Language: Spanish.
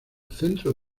centro